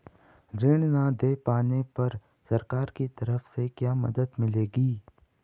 ऋण न दें पाने पर सरकार की तरफ से क्या मदद मिलेगी?